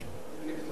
אני מסתפק.